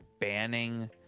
banning